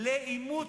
עימות,